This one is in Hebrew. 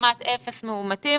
כמעט אפס מאומתים,